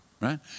Right